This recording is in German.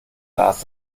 las